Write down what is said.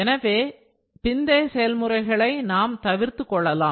எனவே பிந்தைய செயல்முறைகளை நாம் தவிர்த்துக் கொள்ளலாம்